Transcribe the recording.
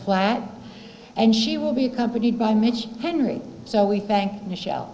flat and she will be accompanied by mitch henry so we bank michel